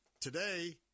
today